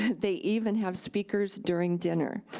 they even have speakers during dinner.